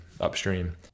upstream